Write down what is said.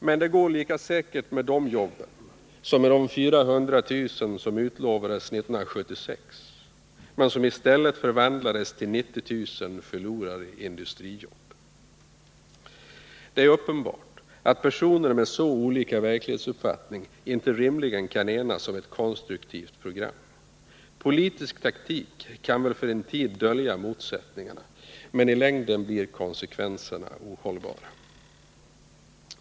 Men det går lika säkert med de jobben som det gick med de 400 000 jobb som utlovades 1976 men som i stället förvandlades till 90 000 förlorade industrijobb. Det är uppenbart att personer med så olika verklighetsuppfattning inte rimligen kan enas om ett konstruktivt program. Politisk taktik kan väl för en tid dölja motsättningarna, men i längden blir konsekvenserna ohållbara.